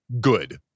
good